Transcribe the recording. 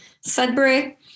Sudbury